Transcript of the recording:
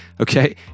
Okay